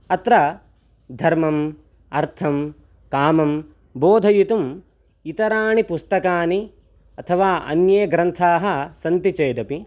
अत्र धर्मम् अर्थं कामं बोधयितुम् इतराणि पुस्तकानि अथवा अन्ये ग्रन्थाः सन्ति चेदपि